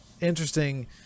interesting